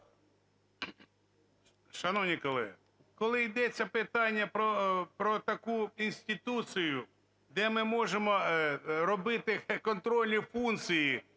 Шановні колеги, коли йдеться питання про таку інституцію, де ми можемо робити контрольні функції